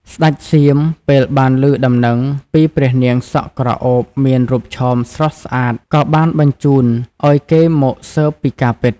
ស្តេចសៀមពេលបានឮដំណឹងពី ព្រះនាងសក់ក្រអូបមានរូបឆោមស្រស់ស្អាតក៏បានបញ្ជូនឱ្យគេមកស៊ើបពីការពិត។